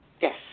yes